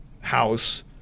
house